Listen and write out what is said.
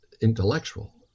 intellectual